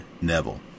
Neville